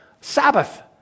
Sabbath